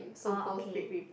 orh okay